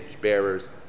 bearers